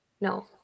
No